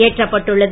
ஏற்றப்பட்டுள்ளது